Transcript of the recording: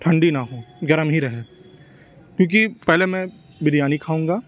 ٹھنڈی نہ ہو گرم ہی رہے کیوں کہ پہلے میں بریانی کھاؤں گا